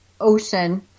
ocean